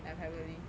like privately